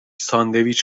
ساندویچ